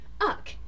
Uck